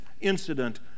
incident